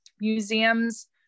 museums